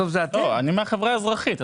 אני מהחברה האזרחית.